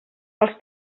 els